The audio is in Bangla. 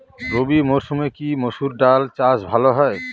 রবি মরসুমে কি মসুর ডাল চাষ ভালো হয়?